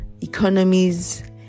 economies